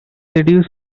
seduce